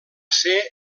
ser